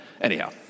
Anyhow